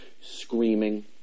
screaming